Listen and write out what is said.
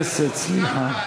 כנסת, סליחה.